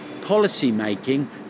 policy-making